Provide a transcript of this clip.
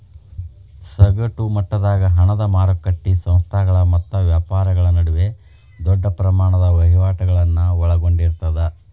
ಸಗಟ ಮಟ್ಟದಾಗ ಹಣದ ಮಾರಕಟ್ಟಿ ಸಂಸ್ಥೆಗಳ ಮತ್ತ ವ್ಯಾಪಾರಿಗಳ ನಡುವ ದೊಡ್ಡ ಪ್ರಮಾಣದ ವಹಿವಾಟುಗಳನ್ನ ಒಳಗೊಂಡಿರ್ತದ